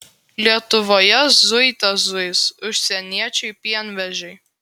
lietuvoje zuite zuis užsieniečiai pienvežiai